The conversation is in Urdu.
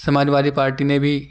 سماج وادی پارٹی نے بھی